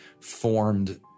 formed